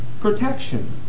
protection